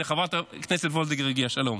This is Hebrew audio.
הינה, חברת הכנסת וולדיגר הגיעה, שלום.